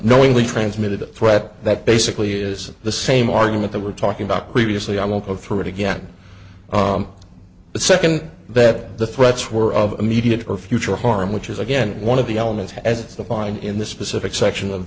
knowingly transmitted a threat that basically is the same argument they were talking about previously i won't go through it again but second that the threats were of immediate or future harm which is again one of the elements as the find in this specific section of